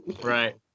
right